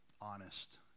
honest